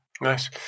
Nice